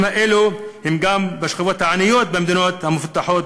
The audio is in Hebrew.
הנתונים האלה הם גם בשכבות העניות במדינות המפותחות.